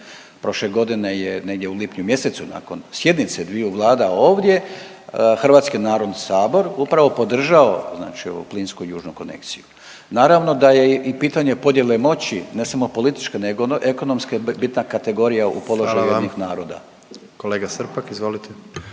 Prošle godine je negdje u lipnju mjesecu nakon sjednicu dviju vlada ovdje Hrvatski narodni sabor upravo podržao znači ovu plinsku južnu konekciju. Naravno da je i pitanje podjele moći, ne samo političke, nego ekonomske, bitna kategorija u položaju UN-a. **Jandroković, Gordan (HDZ)** Hvala vam. Kolega Srpak, izvolite.